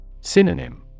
Synonym